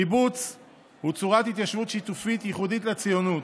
קיבוץ הוא צורת התיישבות שיתופית ייחודית לציונות,